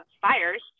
fires